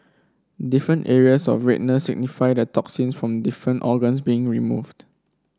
different areas of redness signify the toxins from different organs being removed